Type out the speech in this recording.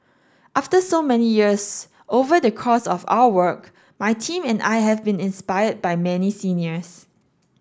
after so many years over the course of our work my team and I have been inspired by many seniors